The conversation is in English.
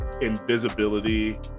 invisibility